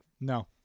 No